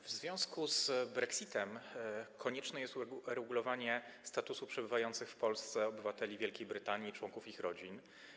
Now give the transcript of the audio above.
W związku z brexitem konieczne jest uregulowanie statusu przebywających w Polsce obywateli Wielkiej Brytanii i członków ich rodzin.